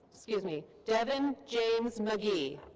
excuse me, devin james mcginn.